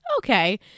okay